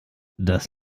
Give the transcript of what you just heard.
das